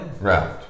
Right